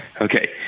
Okay